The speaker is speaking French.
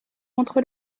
contre